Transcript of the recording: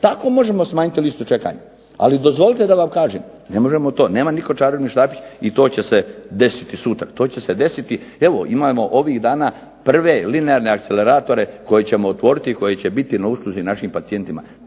Tako možemo smanjiti listu čekanja. Ali dozvolite da vam kažem. Ne možemo to. Nema nitko čarobni štapić i to će se desiti sutra. To će se desiti. Evo imamo ovih dana prve linearne akceleratore koje ćemo otvoriti i koji će biti na usluzi našim pacijentima.